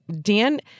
Dan